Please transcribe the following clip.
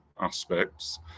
aspects